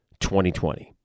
2020